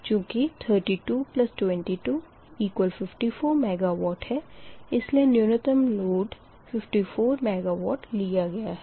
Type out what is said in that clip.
चूँकि 322254 MW है इसलिए न्यूनतम लोड 54 MW लिया गया है